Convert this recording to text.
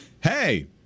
hey